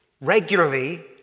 regularly